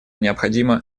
необходимо